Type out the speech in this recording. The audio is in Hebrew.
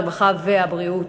הרווחה והבריאות.